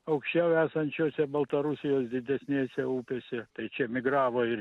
aukščiau esančiose baltarusijos didesnėse upėse tai čia migravo ir